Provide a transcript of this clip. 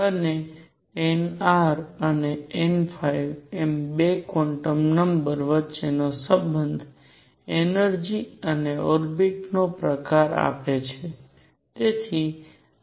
અને nr અને n એમ 2 ક્વોન્ટમ નંબર વચ્ચેનો સંબંધ એનર્જિ અને ઓર્બિટ્સ નો પ્રકાર આપે છે